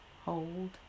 hold